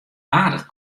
aardich